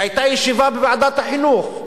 והיתה ישיבה בוועדת החינוך,